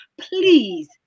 please